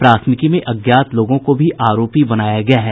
प्राथमिकी में अज्ञात लोगों को भी आरोपी बनाया गया है